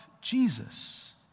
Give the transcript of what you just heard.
Jesus